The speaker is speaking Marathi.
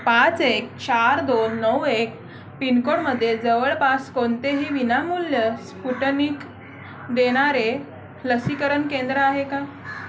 पाच एक चार दोन नऊ एक पिनकोडमध्ये जवळपास कोणतेही विनामूल्य स्पुटनिक देणारे लसीकरण केंद्र आहे का